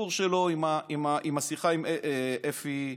מהשיחה שלו עם אפי נווה.